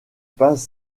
pas